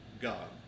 God